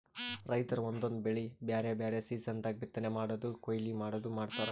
ರೈತರ್ ಒಂದೊಂದ್ ಬೆಳಿ ಬ್ಯಾರೆ ಬ್ಯಾರೆ ಸೀಸನ್ ದಾಗ್ ಬಿತ್ತನೆ ಮಾಡದು ಕೊಯ್ಲಿ ಮಾಡದು ಮಾಡ್ತಾರ್